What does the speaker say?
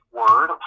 word